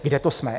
Kde to jsme?